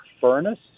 furnace